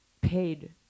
paid